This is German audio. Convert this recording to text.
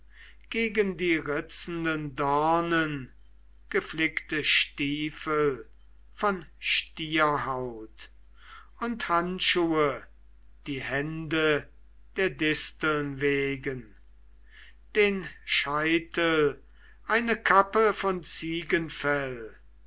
gegen die ritzenden dornen geflickte stiefel von stierhaut und handschuhe die hände der disteln wegen den scheitel eine kappe von ziegenfell